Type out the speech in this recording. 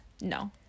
no